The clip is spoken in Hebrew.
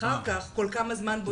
אחר כך כל כמה זמן בודקים.